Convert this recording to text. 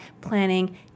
planning